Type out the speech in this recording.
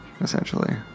Essentially